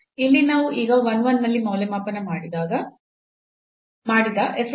ಇಲ್ಲಿ ನಾವು ಈಗ 1 1 ನಲ್ಲಿ ಮೌಲ್ಯಮಾಪನ ಮಾಡಿದ f x ಅನ್ನು ಹೊಂದಿದ್ದೇವೆ